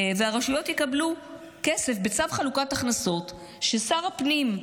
והרשויות יקבלו כסף בצו חלוקת הכנסות שיקבע ששר הפנים,